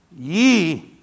Ye